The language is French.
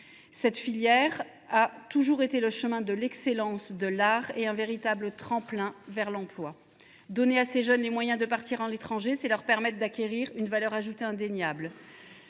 Cette filière a toujours été le chemin de l’excellence de l’art. Elle a toujours été un véritable tremplin vers l’emploi. Donner à ces jeunes les moyens de partir à l’étranger, c’est leur permettre d’acquérir une valeur ajoutée indéniable.